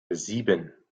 sieben